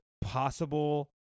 possible